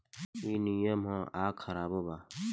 ई निमन ह आ खराबो बा